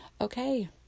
okay